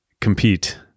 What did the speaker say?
compete